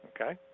okay